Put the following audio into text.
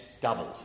doubled